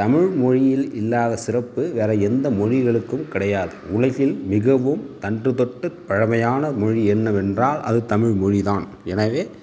தமிழ்மொழியில் இல்லாத சிறப்பு வேற எந்த மொழிகளுக்கும் கிடையாது உலகில் மிகவும் தொன்றுதொட்டுத் பழமையான மொழி என்னவென்றால் அது தமிழ்மொழி தான் எனவே